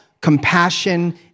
compassion